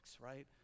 right